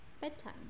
bedtime